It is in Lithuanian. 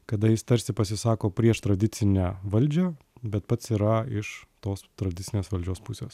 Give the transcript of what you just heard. kada jis tarsi pasisako prieš tradicinę valdžią bet pats yra iš tos tradicinės valdžios pusės